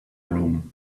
room